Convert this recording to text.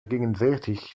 gegenwärtig